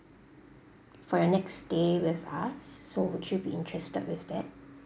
for your next stay with us so would you be interested with that